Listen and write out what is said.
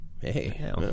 Hey